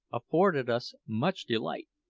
afforded us much delight,